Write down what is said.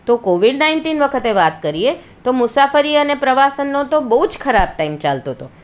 તો COVID nineteen વખતે વાત કરીએ તો મુસાફરી અને પ્રવાસનનો તો બહુ જ ખરાબ ટાઈમ ચાલતો હતો